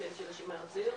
לשומר הצעיר.